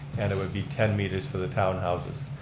and it would be ten meters for the townhouses.